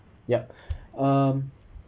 yup um